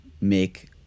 make